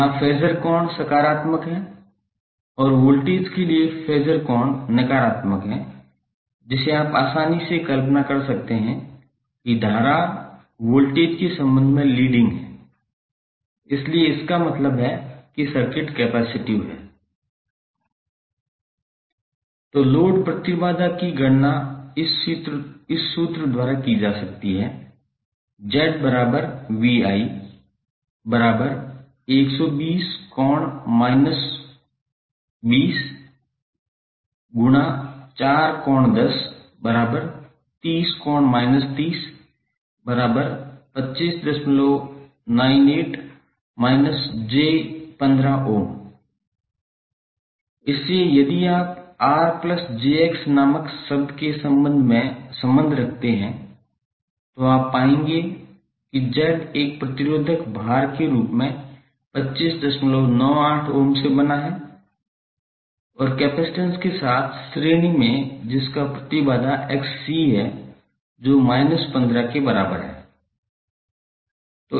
यहां फेज़र कोण सकारात्मक है और वोल्टेज के लिए फेज़र कोण नकारात्मक है जिसे आप आसानी से कल्पना कर सकते हैं कि धारा वोल्टेज के संबंध में लीडिंग है इसलिए इसका मतलब है कि सर्किट कैपेसिटिव है तो लोड प्रतिबाधा की गणना इस सूत्र द्वारा की जा सकती है 𝒁𝑽𝑰120∠−204∠1030∠−302598−𝑗15 Ω इससे यदि आप R plus jx नामक शब्द के संबंध में संबंध रखते हैं तो आप पाएंगे कि Z एक प्रतिरोधक भार के रूप में 2598 ओम से बना है और कपसिटंस के साथ श्रेणी में जिसका प्रतिबाधा Xc है जो 15 के बराबर है